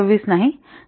26 नाही